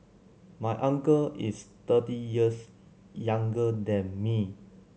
my uncle is thirty years younger than me